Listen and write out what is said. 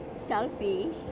selfie